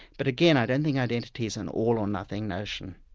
but again, i don't think identity is an all or nothing notion.